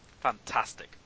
Fantastic